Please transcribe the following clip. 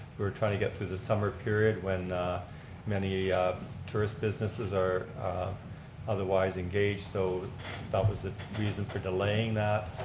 we're trying to get through the summer period. when many tourist businesses are otherwise engaged, so that was a reason for delaying that.